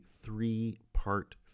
three-part